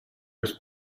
was